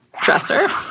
dresser